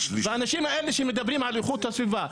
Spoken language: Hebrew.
והאנשים האלה שמדברים על איכות הסביבה,